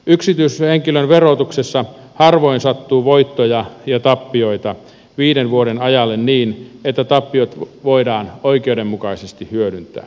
yksityishenkilön verotuksessa harvoin sattuu voittoja ja tappioita viiden vuoden ajalle niin että tappiot voidaan oikeudenmukaisesti hyödyntää